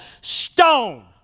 stone